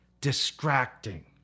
distracting